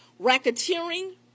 racketeering